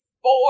Four